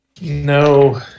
no